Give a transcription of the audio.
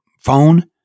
phone